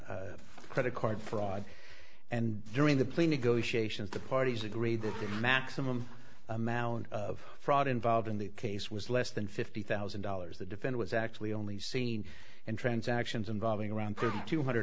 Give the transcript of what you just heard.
credit card fraud and during the plea negotiations the parties agreed that the maximum amount of fraud involved in the case was less than fifty thousand dollars the defense was actually only seen in transactions involving around pretty two hundred